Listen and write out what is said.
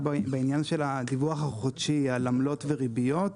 בעניין של הדיווח החודשי על עמלות וריביות,